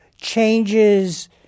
changes